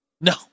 No